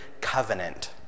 covenant